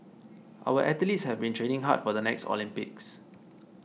our athletes have been training hard for the next Olympics